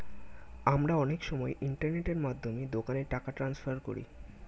আমরা অনেক সময় ইন্টারনেটের মাধ্যমে দোকানে টাকা ট্রান্সফার করি